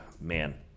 Man